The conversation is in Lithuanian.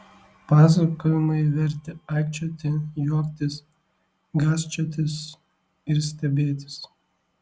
pasakojimai vertė aikčioti juoktis gąsčiotis ir stebėtis